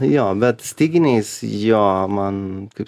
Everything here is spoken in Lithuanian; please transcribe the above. jo bet styginiais jo man kaip